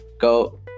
go